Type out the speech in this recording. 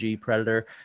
predator